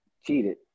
cheated